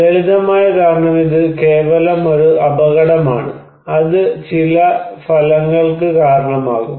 ലളിതമായ കാരണം ഇത് കേവലം ഒരു അപകടമാണ് അത് ചില ഫലങ്ങൾക്ക് കാരണമാകും